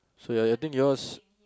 so ya I think yours